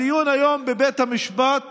הדיון היום בבית המשפט